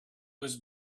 was